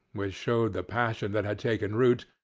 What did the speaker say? which showed the passion that had taken root,